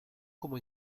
como